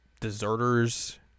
deserters